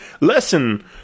listen